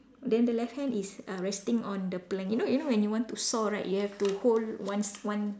then the left hand is uh resting on the plank you know you know when you want to saw right you have to hold one s~ one